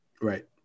Right